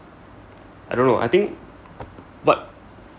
I don't know I think but